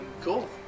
Cool